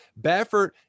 Baffert